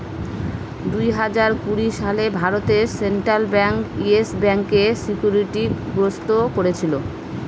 দুই হাজার কুড়ি সালে ভারতে সেন্ট্রাল ব্যাঙ্ক ইয়েস ব্যাঙ্কে সিকিউরিটি গ্রস্ত করেছিল